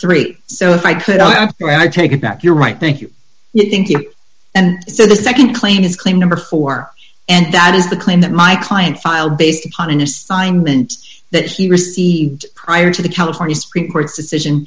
three so if i could i'd rather take it that you're right thank you thank you and so the nd claim is claim number four and that is the claim that my client filed based upon an assignment that he received prior to the california supreme court's decision